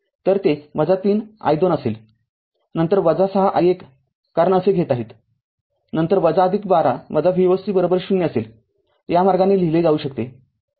तर ते ३ i२असेलनंतर ६ i१ कारण असे घेत आहेतनंतर १२ Voc ० असेल या मार्गाने लिहिले जाऊ शकते